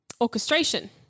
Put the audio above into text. orchestration